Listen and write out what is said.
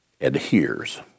adheres